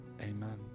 amen